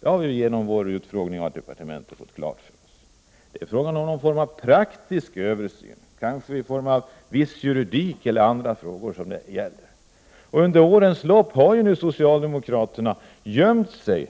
Det har vi fått klart för oss genom utfrågning av departementet. Det är fråga om någon form av praktisk översyn, kanske av juridiska eller andra frågor. Under årens lopp har socialdemokraterna gömt sig